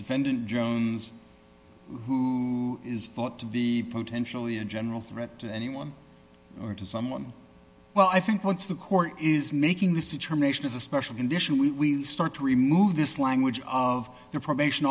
defendant jones who is thought to be potentially a general threat to anyone or to someone well i think once the court is making this determination as a special condition we start to remove this language of the probation